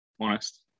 Honest